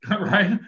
Right